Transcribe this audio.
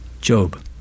Job